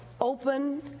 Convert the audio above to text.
open